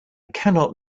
cannot